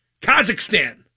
Kazakhstan